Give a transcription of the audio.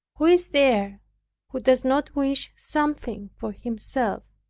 who is there who does not wish something for himself,